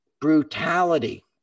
brutality